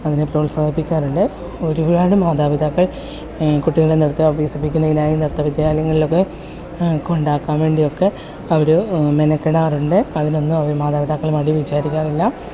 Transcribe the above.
അവരെ പ്രോത്സാഹിപ്പിക്കാറുണ്ട് ഒരുപാട് മാതാപിതാക്കൾ കുട്ടികളെ നൃത്തം അഭ്യസിപിക്കുന്നതിനായി നൃത്ത വിദ്യാലയങ്ങളിലൊക്കെ കൊണ്ടാക്കാൻ വേണ്ടി ഒക്കെ അവർ മെനക്കെടാറുണ്ട് അതിനൊന്നും അവർ മാതാപിതാക്കൾ മടി വിചാരിക്കാറില്ല